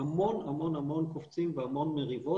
המון המון המון קופצים והמון מריבות.